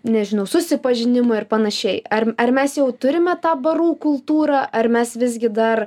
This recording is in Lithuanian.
nežinau susipažinimo ir panašiai ar ar mes jau turime tą barų kultūrą ar mes visgi dar